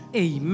Amen